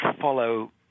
follow